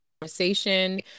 conversation